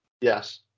Yes